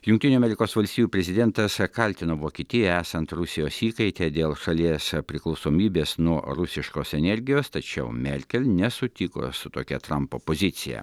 jungtinių amerikos valstijų prezidentas kaltina vokietiją esant rusijos įkaite dėl šalies priklausomybės nuo rusiškos energijos tačiau merkel nesutiko su tokia trampo pozicija